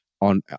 on